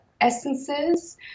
essences